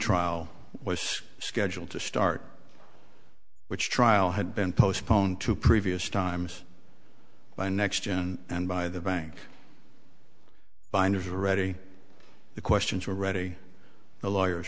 trial was scheduled to start which trial had been postponed to previous times by next june and by the bank binders ready the questions were ready the lawyers